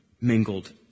mingled